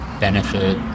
benefit